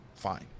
fine